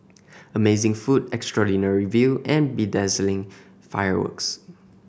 amazing food extraordinary view and bedazzling fireworks